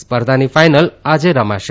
સ્પર્ધાની ફાઇનલ આજે રમાશે